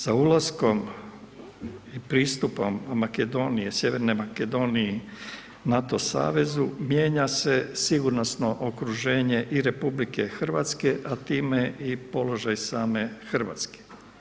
Sa ulaskom i pristupom Makedonije, Sjeverne Makedonije NATO savezu mijenja se sigurnosno okruženje i RH, a time i položaj same Hrvatske.